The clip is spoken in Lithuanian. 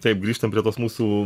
taip grįžtam prie tos mūsų